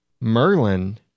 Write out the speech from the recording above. Merlin